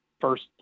first